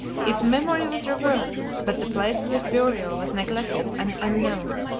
his memory was revered but the place of his burial was neglected and unknown,